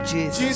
Jesus